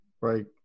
right